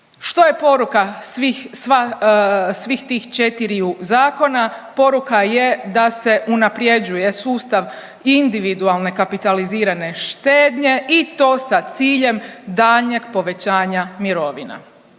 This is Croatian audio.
Što je poruka svih tih četiriju zakona? Poruka je da se unapređuje sustav individualne kapitalizirane štednje i to sa ciljem daljnjeg povećanja mirovina.